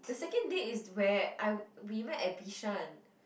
the second date is where I we met at Bishan